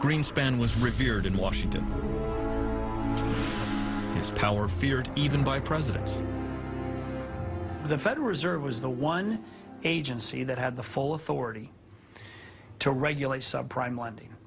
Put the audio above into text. greenspan was revered in washington his power feared even by presidents the federal reserve was the one agency that had the full authority to regulate subprime lending